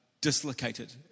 dislocated